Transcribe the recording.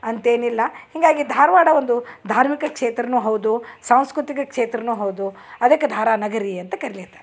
ಅಂತೇನಿಲ್ಲ ಹೀಗಾಗಿ ಧಾರವಾಡ ಒಂದು ಧಾರ್ಮಿಕ ಕ್ಷೇತ್ರನೂ ಹೌದು ಸಾಂಸ್ಕೃತಿಕ ಕ್ಷೇತ್ರನು ಹೌದು ಅದಕ್ಕೆ ಧಾರಾ ನಗರಿ ಅಂತ ಕರಿಲಿಕತಾರೆ